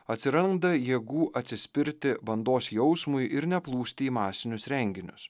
atsiranda jėgų atsispirti bandos jausmui ir neplūsti į masinius renginius